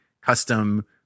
custom